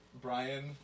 Brian